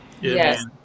Yes